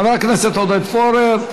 חבר הכנסת עודד פורר,